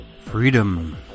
Freedom